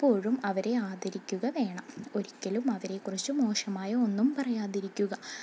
എപ്പോഴും അവരെ ആദരിക്കുക വേണം ഒരിക്കലും അവരെ കുറിച്ചു മോശമായ ഒന്നും പറയാതിരിക്കുക